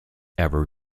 ever